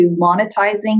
monetizing